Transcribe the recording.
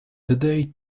today